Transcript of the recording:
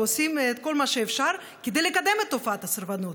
ועושים את כל מה שאפשר כדי לקדם את תופעת הסרבנות.